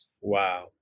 wow